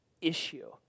issue